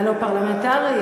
הלא-פרלמנטרית,